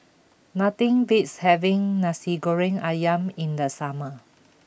nothing beats having Nasi Goreng Ayam in the summer